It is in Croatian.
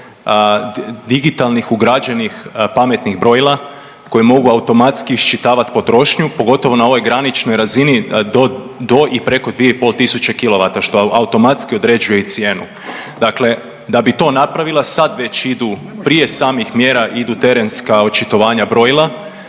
digitalnih ugrađenih pametnih brojila koji mogu automatski iščitavati potrošnju pogotovo na ovoj graničnoj razini do i preko 2 i pol tisuće kilovata što automatski određuje i cijenu. Dakle, da bi to napravila sad već idu prije samih mjera idu terenska očitovanja brojila.